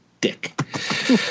dick